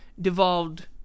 devolved